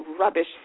rubbish